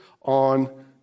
on